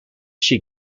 she